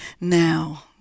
now